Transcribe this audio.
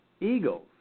eagles